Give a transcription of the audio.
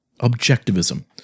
objectivism